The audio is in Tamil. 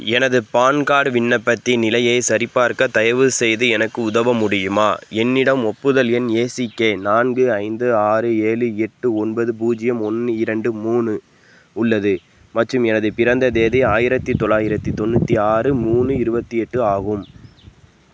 எனது பான் கார்டு விண்ணப்பத்தின் நிலையை சரிபார்க்க தயவுசெய்து எனக்கு உதவ முடியுமா என்னிடம் ஒப்புதல் எண் ஏசிகே நான்கு ஐந்து ஆறு ஏழு எட்டு ஒன்பது பூஜ்ஜியம் ஒன்னு இரண்டு மூணு உள்ளது மற்றும் எனது பிறந்த தேதி ஆயிரத்தி தொள்ளாயிரத்தி தொண்ணூற்றி ஆறு மூணு இருபத்தி எட்டு ஆகும்